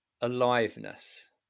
aliveness